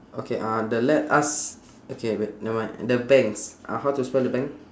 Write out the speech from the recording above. okay uh the let us okay wait nevermind the banks uh how to spell the bank